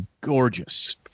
gorgeous